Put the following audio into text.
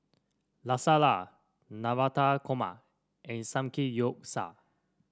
Lasagna Navratan Korma and Samgeyopsal